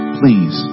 please